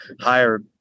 higher